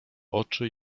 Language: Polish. oczy